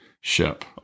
ship